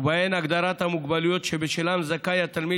ובהן הגדרת המוגבלויות שבשלן זכאי התלמיד